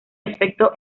efecto